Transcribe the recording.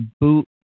boot